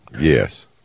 Yes